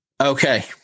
okay